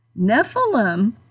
Nephilim